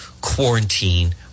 quarantine